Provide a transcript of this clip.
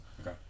Okay